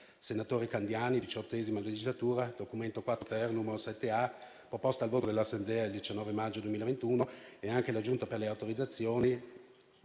senatore Candiani, nella XVIII legislatura, documento 4-*ter*, n. 7-A, proposto al voto dell'Assemblea il 19 maggio 2021, e anche la Giunta per le autorizzazioni